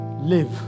live